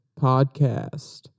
Podcast